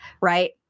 Right